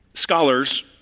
Scholars